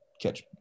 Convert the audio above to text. catch